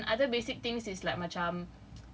and then other basic things is like macam